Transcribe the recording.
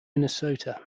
minnesota